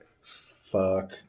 Fuck